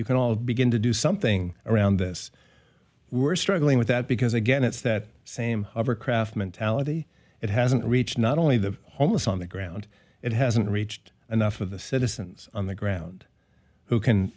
you can all begin to do something around this we're struggling with that because again it's that same hovercraft mentality it hasn't reached not only the homeless on the ground it hasn't reached and now for the citizens on the ground who can